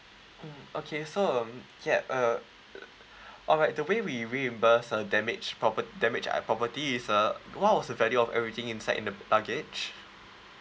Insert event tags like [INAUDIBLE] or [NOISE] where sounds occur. mm okay so um yup uh [NOISE] alright the way we reimburse a damaged propert~ damaged uh property is uh what was the value of everything inside in the luggage